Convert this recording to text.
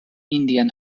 indian